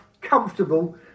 comfortable